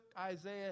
Isaiah